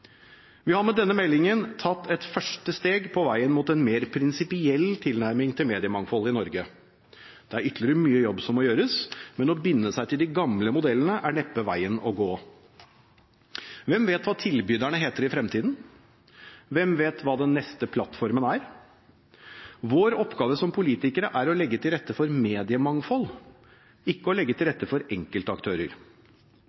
Vi har med denne meldingen tatt et første steg på veien mot en mer prinsipiell tilnærming til mediemangfold i Norge. Det er en ytterligere jobb som må gjøres, men å binde seg til de gamle modellene er neppe veien å gå. Hvem vet hva tilbyderne heter i fremtiden? Hvem vet hva den neste plattformen er? Vår oppgave som politikere er å legge til rette for mediemangfold, ikke å legge til